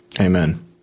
Amen